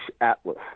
atlas